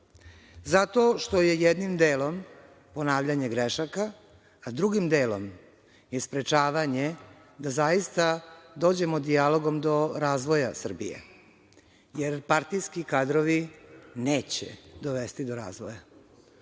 Zato što je jednim delom ponavljanje grešaka, a drugim delom je sprečavanje da zaista dođemo dijalogom do razvoja Srbije, jer partijski kadrovi neće dovesti do razvoja. Narodni